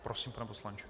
Prosím, pane poslanče.